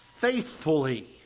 faithfully